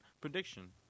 Prediction